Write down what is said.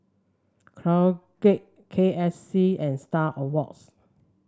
Colgate K S C and Star Awards